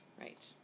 Right